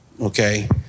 okay